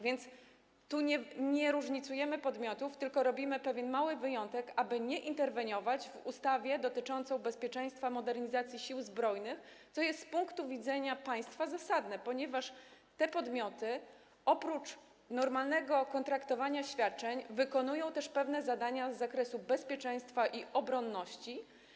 Więc nie różnicujemy podmiotów, tylko robimy pewien mały wyjątek, aby nie ingerować w ustawę dotyczącą bezpieczeństwa modernizacji Sił Zbrojnych, co z punktu widzenia państwa jest zasadne, ponieważ te podmioty oprócz normalnego kontraktowania świadczeń wykonują też pewne zadania z zakresu bezpieczeństwa i obronności.